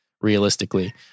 realistically